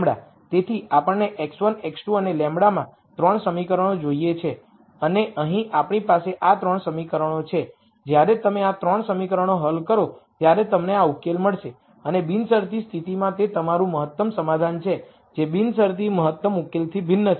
તેથી આપણને x1 x2 અને λ માં 3 સમીકરણો જોઈએ છે અને અહીં આપણી પાસે આ 3 સમીકરણો છે અને જ્યારે તમે આ 3 સમીકરણો હલ કરો ત્યારે તમને આ સોલ્યુશન મળશે અને બિનશરતી સ્થિતિમાં તે તમારું મહત્તમ સોલ્યુશન છે જે બિનશરતી મહત્તમ સોલ્યુશનથી ભિન્ન છે